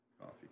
coffee